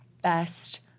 best